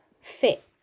fit